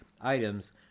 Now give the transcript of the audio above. items